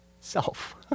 self